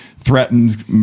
threatened